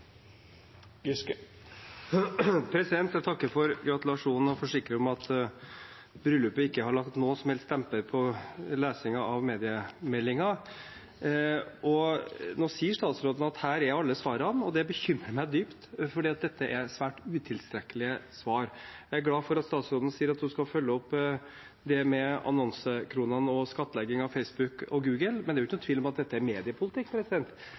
Jeg takker for gratulasjonen og kan forsikre om at bryllupet ikke har lagt noen som helst demper på lesingen av mediemeldingen. Nå sier statsråden at her er alle svarene. Det bekymrer meg dypt, for dette er svært utilstrekkelige svar. Jeg er glad for at statsråden sier at hun skal følge opp det med annonsekronene og skattlegging av Facebook og Google, men det er jo ikke noen tvil om at dette er mediepolitikk.